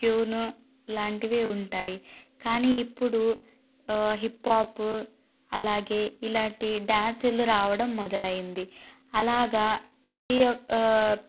tune లాంటివి ఉంటాయి కానీ ఇప్పుడు హిప్ పాప్ అలాగే ఇలాంటి డ్యాన్సులు రావడం మొదలైంది అలాగ ప్రతిఒక్క